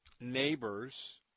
neighbors